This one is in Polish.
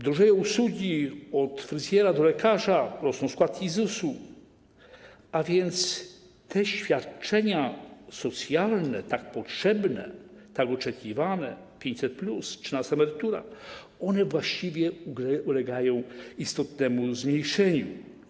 Drożeją usługi: od fryzjera do lekarza, rosną składki ZUS-u, a więc te świadczenia socjalne, tak potrzebne, tak oczekiwane, 500+, trzynasta emerytura, właściwie ulegają istotnemu zmniejszeniu.